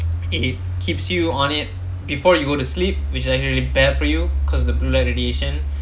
it keeps you on it before you go to sleep which actually bad for you cause the blue light radiation